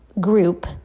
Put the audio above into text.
group